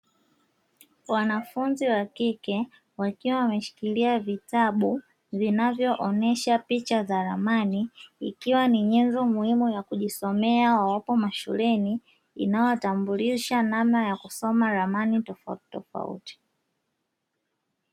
Wanafunzi wa kike wakiwa wameshikilia vitabu, vinavyoonesha picha za ramani, ikiwa ni nyenzo muhimu wa yakujisomea mashuleni kusoma ramani tofauti tofauti.